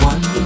One